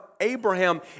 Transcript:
Abraham